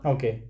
Okay